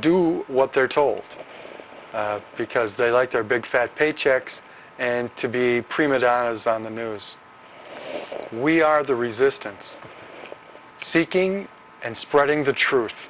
do what they are told because they like their big fat paychecks and to be prima donnas on the news we are the resistance seeking and spreading the truth